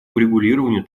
урегулированию